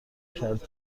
کرد